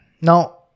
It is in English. Now